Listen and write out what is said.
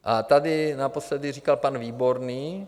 A tady naposledy říkal pan Výborný...